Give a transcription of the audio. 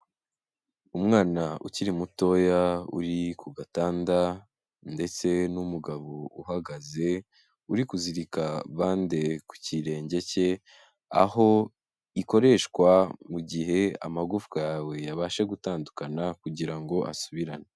Umwana ukiri mutoya uri ku gatanda ndetse n'umugabo uhagaze uri kuzirika bande ku kirenge cye, aho ikoreshwa mu gihe amagufwa yawe yabashe gutandukana kugira ngo asubirane.